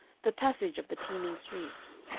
the passage of the teeming streets.